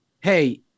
hey